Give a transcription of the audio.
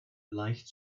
leicht